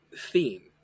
theme